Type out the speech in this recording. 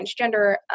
transgender